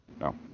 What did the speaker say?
No